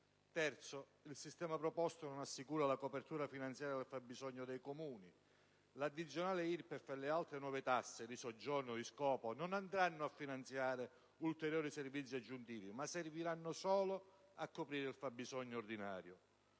Terzo "no": il sistema proposto non assicura la copertura finanziaria del fabbisogno dei Comuni. L'addizionale IRPEF e le altre nuove tasse (di soggiorno, di scopo) non andranno a finanziare ulteriori servizi aggiuntivi, ma serviranno solo a coprire il fabbisogno ordinario.